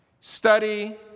study